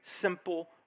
simple